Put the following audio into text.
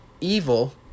Evil